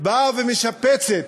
באות ומשפצות,